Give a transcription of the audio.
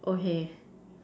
okay